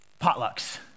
potlucks